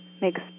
makes